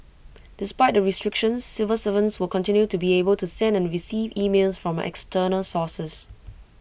despite the restrictions civil servants will continue to be able to send and receive emails from external sources